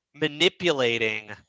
manipulating